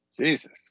Jesus